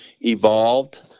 evolved